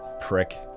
Prick